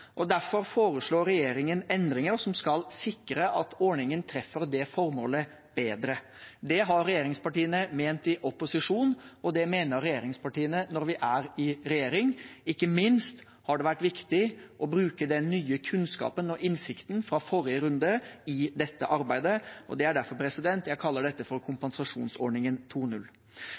Derfor foreslår regjeringen endringer som skal sikre at ordningen treffer det formålet bedre. Det har regjeringspartiene ment i opposisjon, og det mener regjeringspartiene når vi er i regjering. Ikke minst har det vært viktig å bruke den nye kunnskapen og innsikten fra forrige runde i dette arbeidet, og det er derfor jeg kaller dette for kompensasjonsordningen